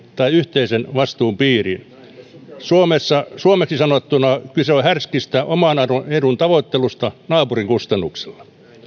tai yhteisen vastuun piiriin suomeksi sanottuna kyse on härskistä oman edun tavoittelusta naapurin kustannuksella